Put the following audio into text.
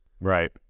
Right